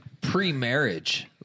pre-marriage